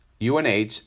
UNH